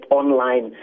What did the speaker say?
online